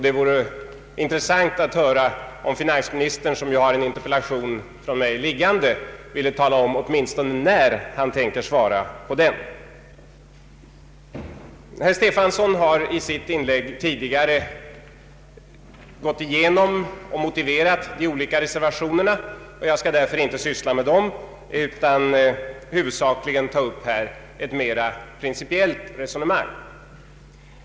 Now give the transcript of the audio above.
Det vore intressant att höra om finansministern, som har en interpellation från mig liggande, ville tala om åtminstone när han tänker svara på den. Herr Stefanson har i sitt inlägg gått igenom och motiverat de olika reservationerna. Jag skall därför inte syssla med dem, utan huvudsakligen ta upp ett mer principiellt resonemang.